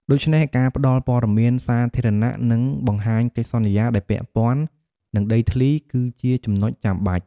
ដូច្នេះការផ្ដល់ព័ត៌មានសាធារណៈ និងបង្ហាញកិច្ចសន្យាដែលពាក់ព័ន្ធនឹងដីធ្លីគឺជាចំណុចចាំបាច់។